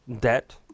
debt